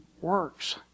works